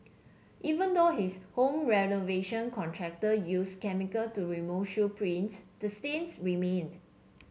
even though his home renovation contractor use chemical to remove shoe prints the stains remained